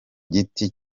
giti